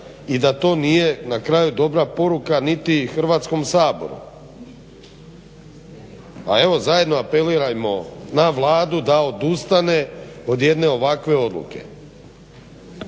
i da to nije na kraju dobra poruka niti Hrvatskom saboru. A evo zajedno apelirajmo na Vladu da odustane od jedne ovakve odluke.